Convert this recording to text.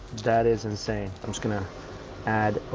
that is insane. i'm just gonna add.